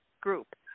group